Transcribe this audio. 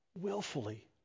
willfully